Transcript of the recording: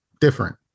different